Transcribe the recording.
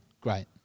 Great